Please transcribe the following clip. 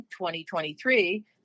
2023